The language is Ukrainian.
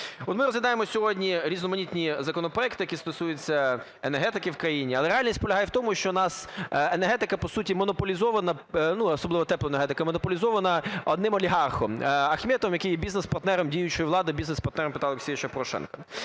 ми розглядаємо сьогодні різноманітні законопроекти, які стосуються енергетики в країні. Але реальність полягає в тому, що у нас енергетика по суті монополізована, особливо теплоенергетика, монополізована одним олігархом Ахметовим, який є бізнес-партнером діючої влади, бізнес-партнером Петра Олексійовича Порошенка.